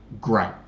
great